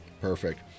Perfect